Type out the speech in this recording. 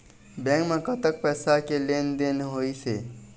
Bank म कतक पैसा के लेन देन होइस हे?